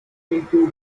into